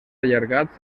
allargats